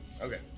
Okay